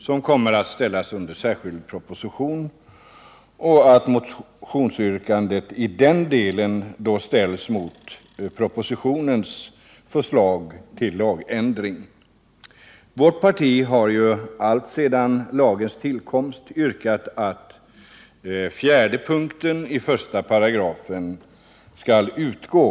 Detta kommer att ställas under särskild proposition, och motionsyrkandet i den delen kommer då att ställas mot propositionens förslag till lagändring. Vårt parti har alltsedan lagens tillkomst yrkat att punkten 4 i I § skall utgå.